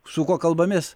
su kuo kalbamės